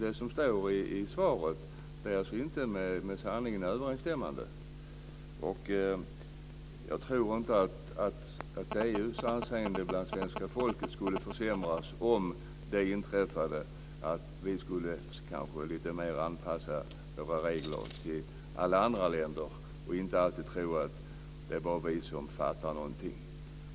Det som står i svaret är inte med sanningen överensstämmande. Jag tror inte att EU:s anseende hos svenska folket skulle försämras om vi skulle anpassa våra regler lite mer till alla andra länder och inte alltid tro att det bara är vi som fattar något.